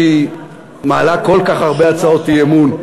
שהיא מעלה כל כך הרבה הצעות אי-אמון.